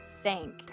sank